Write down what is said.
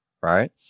right